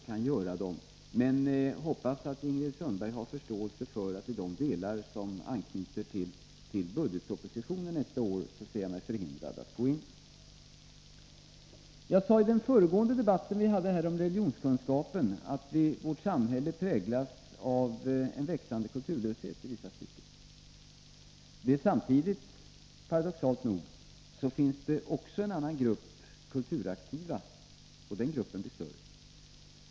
Jag hoppas att Ingrid Sundberg har förståelse för att jag ser mig I den föregående debatten om religionskunskap sade jag att vårt samhällei 18 november 1983 vissa stycken präglas av en växande kulturlöshet. Samtidigt — paradoxalt nog — finns det en grupp kulturaktiva, och den gruppen blir allt större.